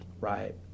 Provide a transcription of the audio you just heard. right